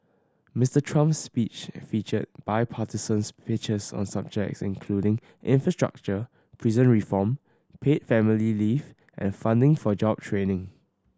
Mister Trump's speech featured bipartisan pitches on subjects including infrastructure prison reform paid family leave and funding for job training